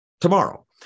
tomorrow